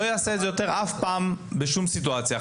לא יעשה את זה יותר אף פעם בשום סיטואציה.